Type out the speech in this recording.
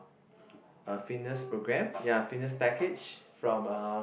a fitness program ya fitness package from uh